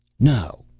no,